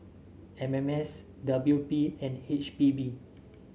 M M S W P and H P B